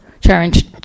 challenge